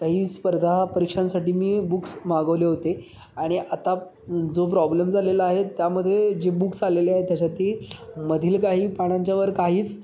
काही स्पर्धा परीक्षांसाठी मी बुक्स मागवले होते आणि आता जो प्रॉब्लेम झालेला आहे त्यामध्ये जे बुक्स आलेले आहेत त्याच्यातही मधील काही पानांच्यावर काहीच